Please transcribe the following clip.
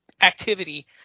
activity